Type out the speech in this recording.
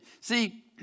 See